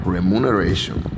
Remuneration